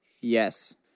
Yes